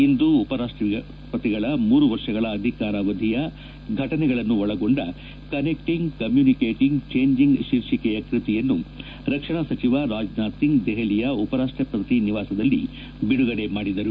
ಇಂದು ಉಪ ರಾಷ್ಟಪತಿಗಳ ಮೂರು ವರ್ಷಗಳ ಅಧಿಕಾರಾವಧಿಯ ಘಟನೆಗಳನ್ನು ಒಳಗೊಂಡ ಕನೆಕ್ಟಿಂಗ್ ಕಮ್ಯೂನಿಕೇಟಿಂಗ್ ಜೇಂಜಿಂಗ್ ಶೀರ್ಷಿಕೆಯ ಕೃತಿಯನ್ನು ರಕ್ಷಣಾ ಸಚಿವ ರಾಜನಾಥ್ ಸಿಂಗ್ ದೆಹಲಿಯ ಉಪರಾಷ್ಟಪತಿ ನಿವಾಸದಲ್ಲಿ ಬಿಡುಗಡೆ ಮಾಡಿದರು